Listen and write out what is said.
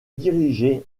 diriger